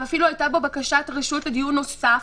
ואפילו הייתה בו בקשת רשות לדיון נוסף,